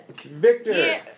Victor